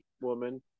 woman